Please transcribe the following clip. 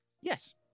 Yes